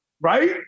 Right